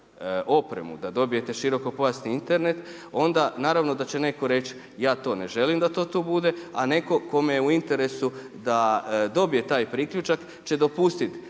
opremu da dobijete širokopojasni Internet onda naravno da će neko reći, ja to ne želim da to bude, a neko kome je u interesu da dobije taj priključak će dopustiti